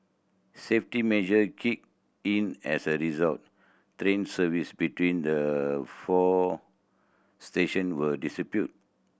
safety measure kicked in as a result train services between the four station were disrupted